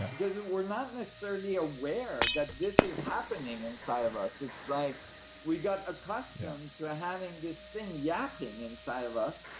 because we're not necessarily aware that this is happening inside of us. it's like we got accustomed having this thing yapping inside of us.